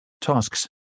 tasks